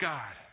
God